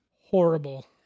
horrible